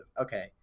Okay